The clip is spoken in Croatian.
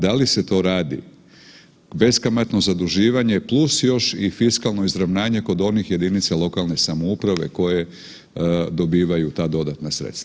Da li se to radi beskamatno zaduživanje plus još i fiskalno izravnanje kod onih jedinica lokalne samouprave koje dobivaju ta dodatna sredstva?